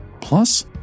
Plus